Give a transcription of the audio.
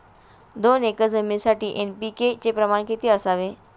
दोन एकर जमिनीसाठी एन.पी.के चे प्रमाण किती असावे?